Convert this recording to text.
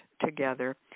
together